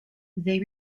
they